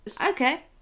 Okay